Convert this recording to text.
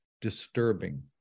disturbing